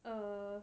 err